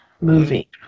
movie